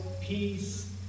peace